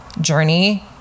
journey